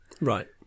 Right